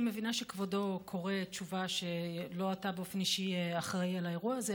אני מבינה שכבודו קורא תשובה שלא אתה באופן אישי אחראי לאירוע הזה,